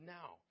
now